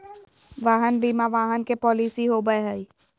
वाहन बीमा वाहन के पॉलिसी हो बैय हइ